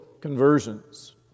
conversions